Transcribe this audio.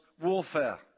warfare